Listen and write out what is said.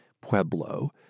Pueblo